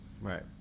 Right